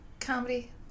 comedy